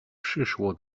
przyszło